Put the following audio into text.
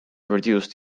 reduced